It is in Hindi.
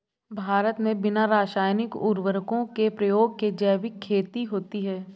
भारत मे बिना रासायनिक उर्वरको के प्रयोग के जैविक खेती होती है